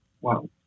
Wow